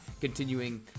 continuing